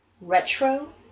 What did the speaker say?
retro